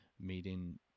meeting